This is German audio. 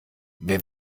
wer